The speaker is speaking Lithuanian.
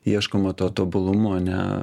ieškoma to tobulumo ane